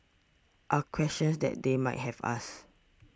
are questions that they might have asked